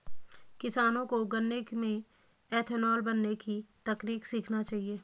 किसानों को गन्ने से इथेनॉल बनने की तकनीक सीखना चाहिए